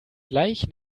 gleich